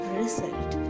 result